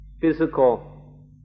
physical